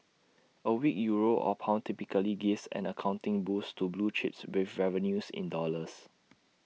A weak euro or pound typically give an accounting boost to blue chips with revenues in dollars